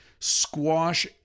squash